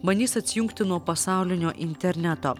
bandys atsijungti nuo pasaulinio interneto